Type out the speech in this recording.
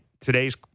today's